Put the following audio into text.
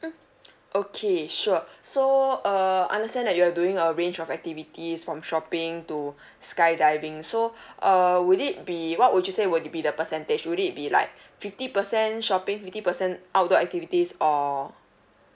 mm okay sure so uh I understand that you are doing a range of activities from shopping to skydiving so uh would it be what would you say would be the percentage would it be like fifty percent shopping fifty percent outdoor activities or